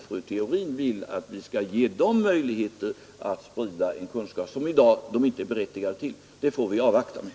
Fru Theorin vill att vi skall ge dem möjligheter att sprida en kunskap som de inte i dag är berättigade att sprida. Det får vi avvakta med.